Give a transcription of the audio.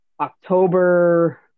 October